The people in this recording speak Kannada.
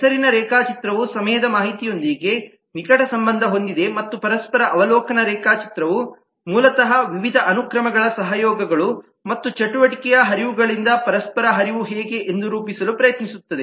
ಹೆಸರಿನ ರೇಖಾಚಿತ್ರವು ಸಮಯದ ಮಾಹಿತಿಯೊಂದಿಗೆ ನಿಕಟ ಸಂಬಂಧ ಹೊಂದಿದೆ ಮತ್ತು ಪರಸ್ಪರ ಅವಲೋಕನ ರೇಖಾಚಿತ್ರವು ಮೂಲತಃ ವಿವಿಧ ಅನುಕ್ರಮಗಳ ಸಹಯೋಗಗಳು ಮತ್ತು ಚಟುವಟಿಕೆಯ ಹರಿವುಗಳಿಂದ ಪರಸ್ಪರ ಹರಿವು ಹೇಗೆ ಎಂದು ರೂಪಿಸಲು ಪ್ರಯತ್ನಿಸುತ್ತದೆ